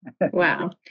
Wow